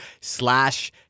slash